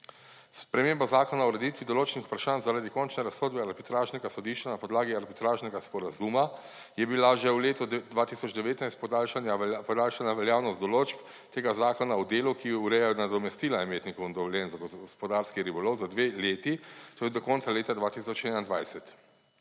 spremembo Zakona o ureditvi določenih vprašanj zaradi končne razsodbe arbitražnega sodišča na podlagi Arbitražnega sporazuma je bila že v letu 2019 podaljšana veljavnost določb tega zakona v delu, ki ureja nadomestila imetnikov dovoljenj za gospodarski ribolov za dve leti, torej do konca leta 2021,